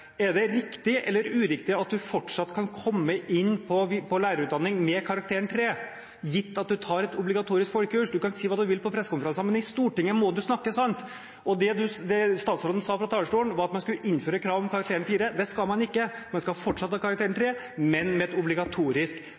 Er det riktig eller uriktig at man fortsatt kan komme inn på lærerutdanning med karakteren 3, gitt at man tar et obligatorisk forkurs? Man kan si hva man vil på pressekonferanser, men i Stortinget må man snakke sant. Det statsråden sa fra talerstolen, var at man skulle innføre krav om karakteren 4. Det skal man ikke, man skal fortsatt ha karakteren 3, men med et obligatorisk